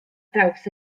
draws